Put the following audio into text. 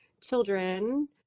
children